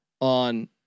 on